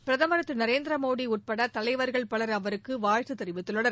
பிரதமர் திரு நரேந்திரமோடி உட்பட தலைவர்கள் பலர் அவருக்கு வாழ்த்துத் தெரிவித்துள்ளனர்